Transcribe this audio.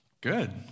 Good